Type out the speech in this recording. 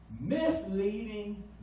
misleading